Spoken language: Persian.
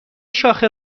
شاخه